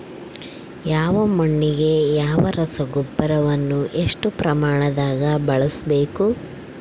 ಯಾವ ಮಣ್ಣಿಗೆ ಯಾವ ರಸಗೊಬ್ಬರವನ್ನು ಎಷ್ಟು ಪ್ರಮಾಣದಾಗ ಬಳಸ್ಬೇಕು?